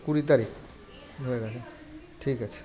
কুড়ি তারিখ ধরে রাখুন ঠিক আছে